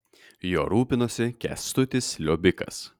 juo rūpinosi kęstutis liobikas